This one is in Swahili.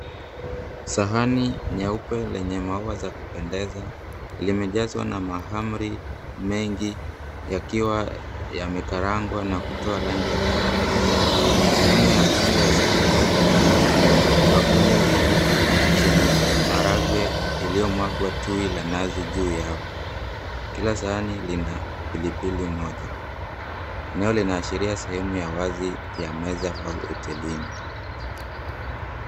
Sahani nyeupe lenye maua za kupendeza limejazwa na mahamri mengi yakiwa yamekarangwa na kutoa rangi ya dhahabu. Sehemu ya kando ya sahani hio kunako bakuli mbili zenye maharagwe iliomwagwa tui la nazi juu yao. Kila sahani lina pilipili moja. Eneo linaashiria sehemu ya wazi ya meza au hotelini.